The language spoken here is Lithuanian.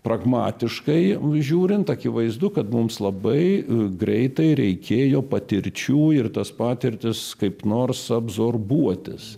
pragmatiškai žiūrint akivaizdu kad mums labai greitai reikėjo patirčių ir tas patirtis kaip nors absorbuotis